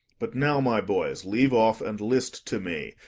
but now, my boys, leave off, and list to me,